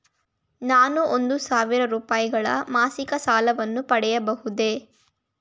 ನಾನು ಒಂದು ಸಾವಿರ ರೂಪಾಯಿಗಳ ಮಾಸಿಕ ಸಾಲವನ್ನು ಪಡೆಯಬಹುದೇ?